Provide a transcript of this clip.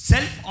Self